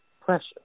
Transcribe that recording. Pressure